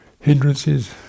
hindrances